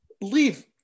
leave